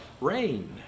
Rain